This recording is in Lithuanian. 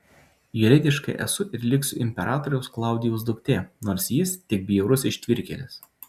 juridiškai esu ir liksiu imperatoriaus klaudijaus duktė nors jis tik bjaurus ištvirkėlis